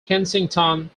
kensington